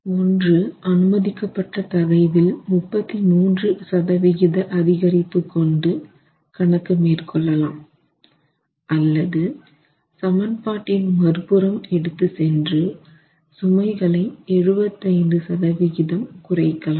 ஒன்று அனுமதிக்கப்பட்ட தகைவில் 33 சதவிகித அதிகரிப்பு கொண்டு கணக்கு மேற்கொள்ளலாம் அல்லது சமன்பாட்டின் மறுபுறம் எடுத்து சென்று சுமைகளை 75 சதவிகிதம் குறைக்கலாம்